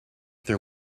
their